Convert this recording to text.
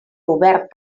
obert